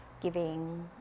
giving